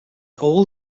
all